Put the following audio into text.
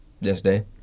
yesterday